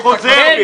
אני חוזר בי.